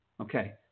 Okay